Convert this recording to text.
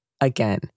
Again